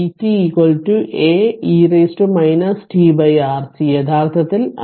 vt A e t RC യഥാർത്ഥത്തിൽ അത്